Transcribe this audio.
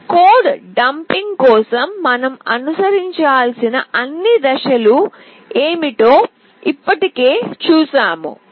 code dumping కోసం మనం అనుసరించాల్సిన అన్ని దశలు ఏమిటో ఇప్పటికే చూశాము